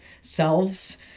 selves